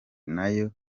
nayo